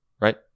right